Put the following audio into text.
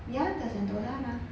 ya the sentosa mah